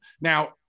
Now